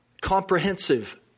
comprehensive